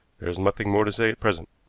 there is nothing more to say at present.